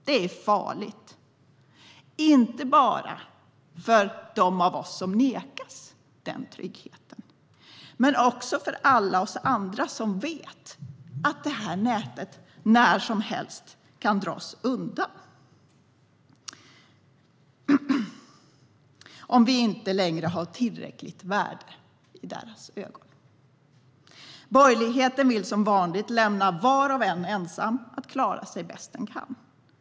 Det är farligt inte bara för dem av oss som nekas den tryggheten utan också för alla oss andra som vet att nätet när som helst kan dras undan om vi inte längre har tillräckligt värde i deras ögon. Borgerligheten vill som vanligt lämna var och en ensam att klara sig bäst den kan.